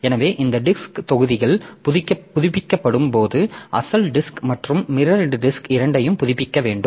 எனவே இந்த டிஸ்க் தொகுதிகள் புதுப்பிக்கப்படும் போது அசல் டிஸ்க் மற்றும் மிரர் டிஸ்க் இரண்டையும் புதுப்பிக்க வேண்டும்